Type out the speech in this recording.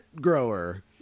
grower